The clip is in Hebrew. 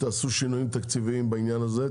שתעשו שינויים תקציביים בעניין הזה,